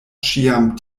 ĉiam